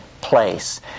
place